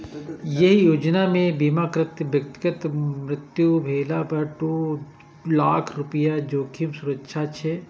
एहि योजना मे बीमाकृत व्यक्तिक मृत्यु भेला पर दू लाख रुपैया जोखिम सुरक्षा छै